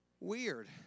weird